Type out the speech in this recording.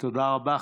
תודה רבה.